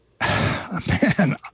man